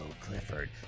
Clifford